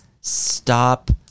stop